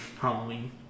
Halloween